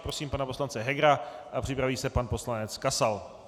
Prosím pana poslance Hegera a připraví se pan poslanec Kasal.